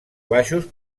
baixos